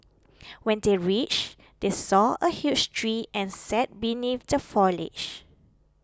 when they reached they saw a huge tree and sat beneath the foliage